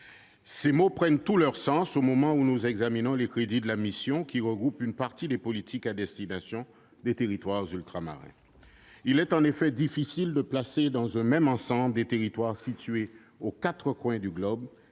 Ces mots prennent tout leur sens au moment où nous examinons les crédits de la mission qui regroupe une partie des politiques à destination des territoires ultramarins. Il est en effet difficile de placer dans un même ensemble des territoires situés aux quatre coins du globe,